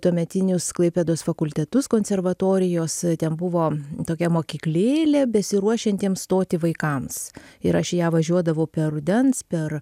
tuometinius klaipėdos fakultetus konservatorijos ten buvo tokia mokyklėlė besiruošiantiems stoti vaikams ir aš į ją važiuodavo per rudens per